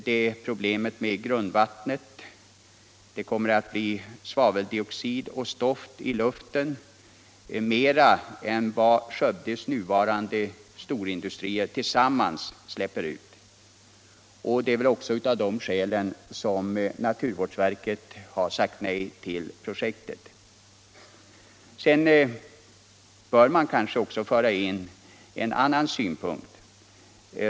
Det blir problem med grundvattnet, det kommer att bli mer svaveldioxid och stoft i luften än Skövdes nuvarande storindustrier tillsammans släpper ut. Det är väl också av de skälen som naturvårdsverket har sagt nej till projektet. Sedan bör man kanske också föra in en annan synpunkt.